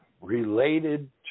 related